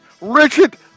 Richard